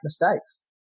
mistakes